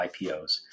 IPOs